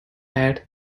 had